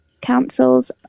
councils